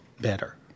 better